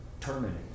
terminate